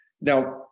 Now